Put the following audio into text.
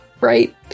right